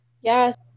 yes